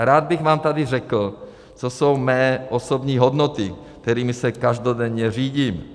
Rád bych vám tady řekl, co jsou mé osobní hodnoty, kterými se každodenně řídím.